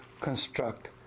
construct